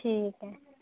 ठीक ऐ